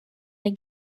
les